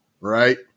right